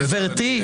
גברתי,